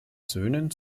söhnen